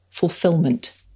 Fulfillment